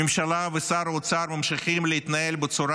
הממשלה ושר האוצר ממשיכים להתנהל בצורה